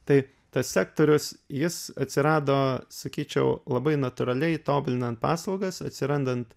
tai tas sektorius jis atsirado sakyčiau labai natūraliai tobulinant paslaugas atsirandant